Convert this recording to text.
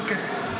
אוקיי.